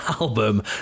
album